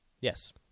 Yes